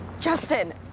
Justin